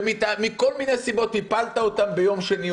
שמכל מיני סיבות הפלת אותם ביום שני,